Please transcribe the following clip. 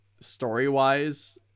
story-wise